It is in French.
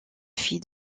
fille